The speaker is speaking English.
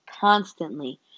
constantly